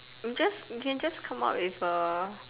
I am just you can just come up with A